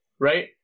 right